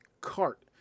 cart